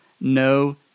no